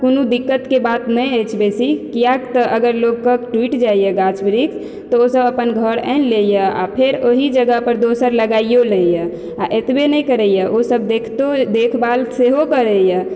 कोनो दिक्कतके बात नहि अछि बहुत बेसी किएक तऽ अगर लोकक टुटि जाइया गाछ वृक्ष तऽ ओ सब अपन घर आनि लैया आ फेर ओही जगह पर दोसर लगाइयो लैया आ एतबे नहि करैया ओ सब देखतो देखभाल सेहो करैया